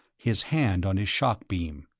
his hand on his shock-beam.